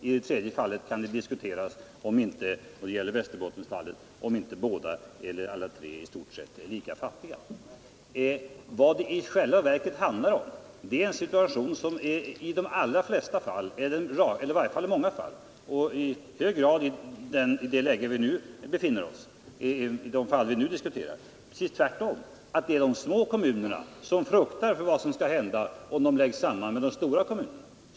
I det tredje — det gäller Västerbottensfallet — kan det diskuteras om inte båda eller alla tre kommunerna i stort sett är lika fattiga. Vad saken handlar om är tvärtom en situation, där de små kommunerna — i de allra flesta fall, eller åtminstone de fall vi nu diskuterar — fruktar för vad som skall hända, om de läggs samman med de stora kommunerna i närheten; det är ju i det läget vi nu befinner oss.